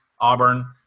Auburn